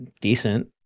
decent